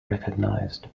recognized